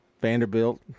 Vanderbilt